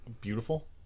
beautiful